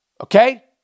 Okay